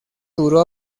duró